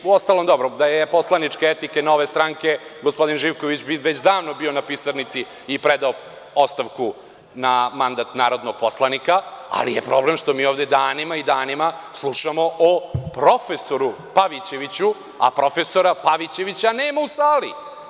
Uostalom, dobro, da je poslaničke etike Nove stranke, gospodin Živković bi već davno bio na pisarnici i predao ostavku na mandat narodnog poslanika, ali je problem što mi ovde danima i danima slušamo o profesoru Pavićeviću, a profesora Pavićevića nema u sali.